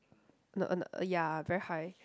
the uh uh ya very high